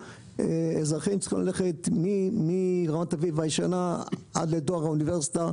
אזרחים ותיקים צריכים ללכת מרמת אביב הישנה עד לדואר האוניברסיטה